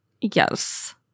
yes